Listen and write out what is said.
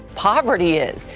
poverty is.